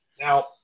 Now